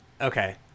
Okay